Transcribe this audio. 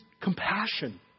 compassion